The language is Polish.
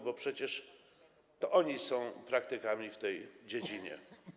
Bo przecież to oni są praktykami w tej dziedzinie.